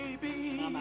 baby